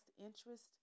interest